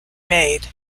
made